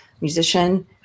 musician